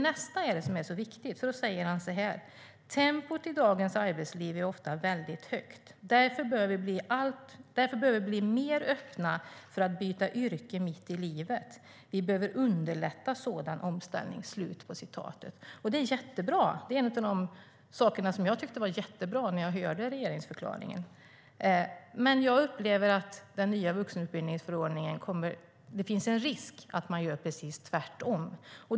Nästa citat är viktigt, för där säger han så här: "Tempot i dagens arbetsliv är ofta väldigt högt. Därför bör vi bli mer öppna för att byta yrke mitt i livet. Vi behöver underlätta en sådan omställning." Det är jättebra; det var en av de saker som jag tyckte var jättebra när jag hörde regeringsförklaringen. Men jag upplever att det i och med den nya vuxenutbildningsförordningen finns en risk att man gör precis tvärtom.